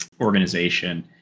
organization